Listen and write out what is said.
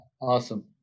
Awesome